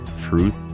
Truth